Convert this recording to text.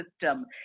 system